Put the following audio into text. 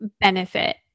benefit